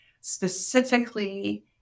specifically